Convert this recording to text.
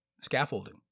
scaffolding